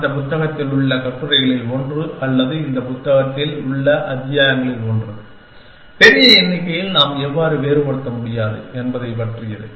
அந்த புத்தகத்தில் உள்ள கட்டுரைகளில் ஒன்று அல்லது இந்த புத்தகத்தில் உள்ள அத்தியாயங்களில் ஒன்று பெரிய எண்ணிக்கையில் நாம் எவ்வாறு வேறுபடுத்த முடியாது என்பதைப் பற்றியது